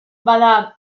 bada